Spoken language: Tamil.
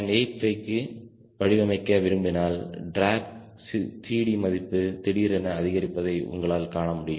85 க்கு வடிவமைக்க விரும்பினால் டிராக் CD மதிப்பு திடீரென அதிகரிப்பதை உங்களால் காண முடியும்